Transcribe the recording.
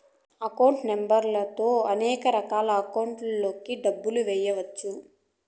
account number తో అన్నిరకాల అకౌంట్లలోకి డబ్బులు ఎయ్యవచ్చు